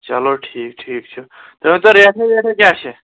چلو ٹھیٖک ٹھیٖک چھُ تُہۍ ؤنۍتو ریٹاہ ویٹاہ کیٛاہ چھِ